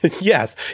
yes